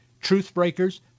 truth-breakers